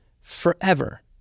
forever